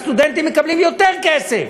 הסטודנטים מקבלים יותר כסף.